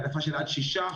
העדפה של עד 6%,